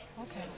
Okay